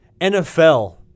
nfl